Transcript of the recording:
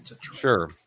Sure